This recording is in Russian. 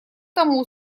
тому